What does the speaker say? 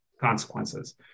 consequences